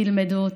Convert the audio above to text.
תלמדו אותי.